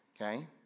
Okay